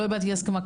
לא הבעתי אי הסכמה,